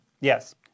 yes